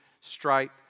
stripe